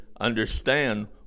understand